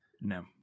No